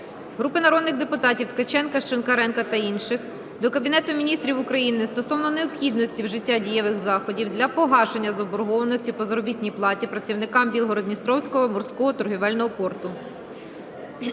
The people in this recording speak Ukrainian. Групи народних депутатів (Ткаченка, Шинкаренка та інших) до Кабінету Міністрів України стосовно необхідності вжиття дієвих заходів для погашення заборгованості по заробітній платі працівникам Білгород-Дністровського морського торговельного порту.